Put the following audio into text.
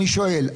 אני שואל.